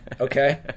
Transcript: Okay